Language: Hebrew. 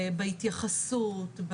בהתייחסות.